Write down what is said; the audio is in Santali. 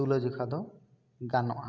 ᱛᱩᱞᱟᱹ ᱡᱚᱠᱷᱟ ᱫᱚ ᱜᱟᱱᱚᱜᱼᱟ